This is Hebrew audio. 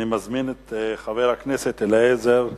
אני מזמין את חבר הכנסת אליעזר מוזס.